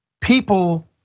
people